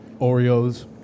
Oreos